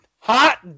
Hot